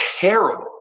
terrible